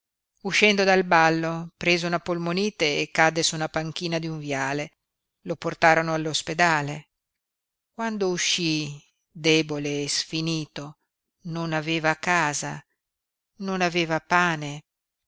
uscendo dal ballo prese una polmonite e cadde su una panchina di un viale lo portarono all'ospedale quando uscí debole e sfinito non aveva casa non aveva pane